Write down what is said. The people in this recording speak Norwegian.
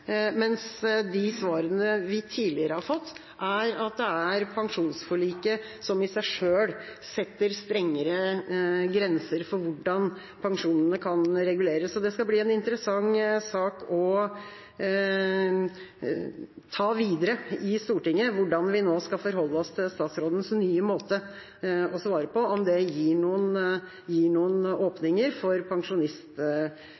mens de svarene vi tidligere har fått, er at det er pensjonsforliket som i seg selv setter strengere grenser for hvordan pensjonene kan reguleres. Det skal bli en interessant sak å ta videre i Stortinget – hvordan vi nå skal forholde oss til statsrådens nye måte å svare på, om det gir noen